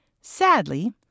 Sadly